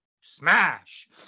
smash